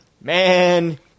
man